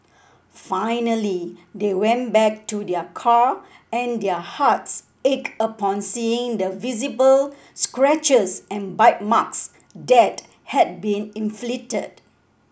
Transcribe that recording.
finally they went back to their car and their hearts ached upon seeing the visible scratches and bite marks that had been inflicted